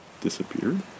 disappeared